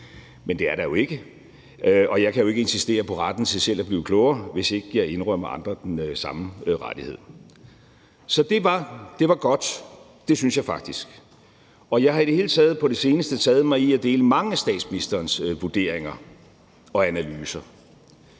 men det er der jo ikke. Og jeg kan jo ikke insistere på retten til selv at blive klogere, hvis ikke jeg indrømmer andre den samme rettighed. Så det var godt. Det synes jeg faktisk. Jeg har i det hele taget på det seneste taget mig i at dele mange af statsministerens vurderinger og analyser